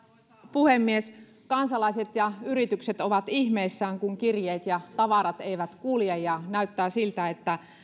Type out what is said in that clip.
puhemies kansalaiset ja yritykset ovat ihmeissään kun kirjeet ja tavarat eivät kulje ja näyttää siltä että